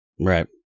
Right